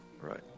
Right